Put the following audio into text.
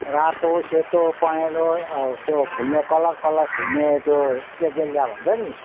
रातो सेतो पहेँलो अँ त्यो फुल्ने कलर कलर फुल्ने त्यो एजेलिया भन्छ नि